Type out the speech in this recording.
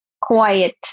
quiet